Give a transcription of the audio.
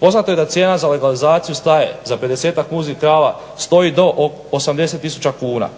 Poznato je da cijena za legalizaciju staje za pedesetak muznih krava stoji do 80 tisuća kuna.